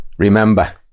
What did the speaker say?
Remember